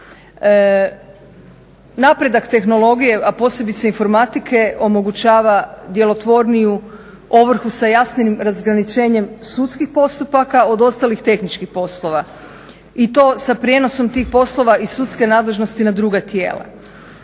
Napredak tehnologije a posebice informatike omogućava djelotvorniju ovrhu sa jasnim razgraničenjem sudskih postupaka od ostalih tehničkih poslova i to sa prijenosom tih poslova iz sudske nadležnosti na druga tijela.